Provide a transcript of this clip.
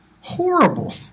horrible